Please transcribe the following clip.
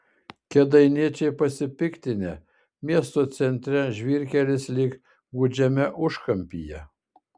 kėdainiečiai pasipiktinę miesto centre žvyrkelis lyg gūdžiame užkampyje